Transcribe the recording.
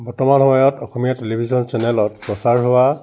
বৰ্তমান সময়ত অসমীয়া টেলিভিশ্বন চেনেলত প্ৰচাৰ হোৱা